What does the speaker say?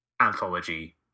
anthology